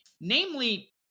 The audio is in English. namely